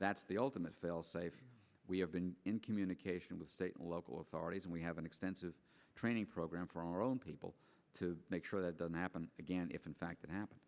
that's the ultimate failsafe we have been in communication with state and local authorities and we have an extensive training program for our own people to make sure that doesn't happen again if in fact that happened